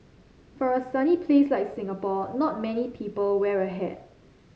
for a sunny place like Singapore not many people wear a hat